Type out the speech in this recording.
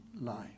life